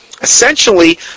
Essentially